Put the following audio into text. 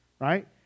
right